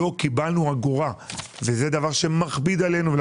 לא קיבלנו אגורה וזה דבר שמכביד עלינו.